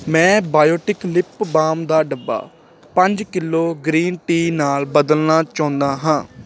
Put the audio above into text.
ਮੈਂ Biotique lip balm ਦਾ ਡੱਬਾ ਪੰਜ ਕਿਲੋ ਗ੍ਰੀਨ ਟੀ ਨਾਲ ਬਦਲਨਾ ਚਾਹੁੰਦਾ ਹਾਂ